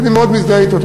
שאני מאוד מזדהה אתו.